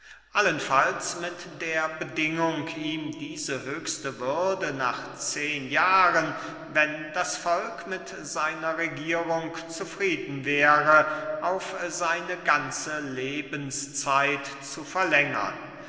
allenfalls mit der bedingung ihm diese höchste würde nach zehn jahren wenn das volk mit seiner regierung zufrieden wäre auf seine ganze lebenszeit zu verlängern